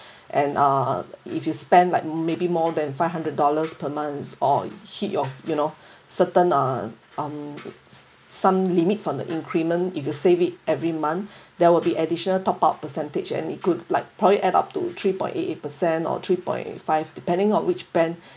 and uh if you spend like maybe more than five hundred dollars per month or hit your you know certain uh um som~ some limits on the increment if you save it every month there will be additional top up percentage and it could like probably add up to three point eight eight percent or three point five depending on which band